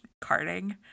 carting